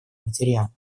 материала